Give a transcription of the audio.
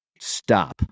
stop